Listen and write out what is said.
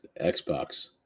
Xbox